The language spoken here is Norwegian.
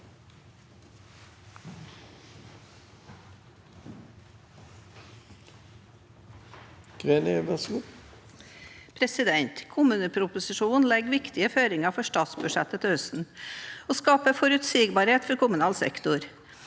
Kommuneproposisjo- nen legger viktige føringer for statsbudsjettet til høsten og skaper forutsigbarhet for kommunal sektor.